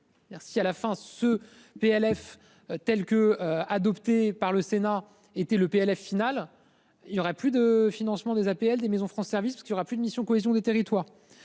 à la fin ce PLF tels que adopté par le Sénat était le PLF la finale il y aurait plus de financement des APL des maisons France service parce qu'il y aura plus de mission cohésion des territoires.